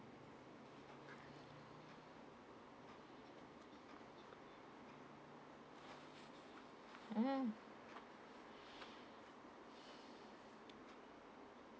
mm